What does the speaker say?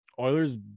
Oilers